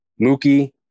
Mookie